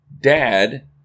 dad